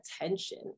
attention